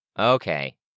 Okay